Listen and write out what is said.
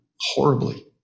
horribly